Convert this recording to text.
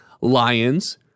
Lions